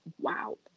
wow